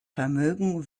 vermögen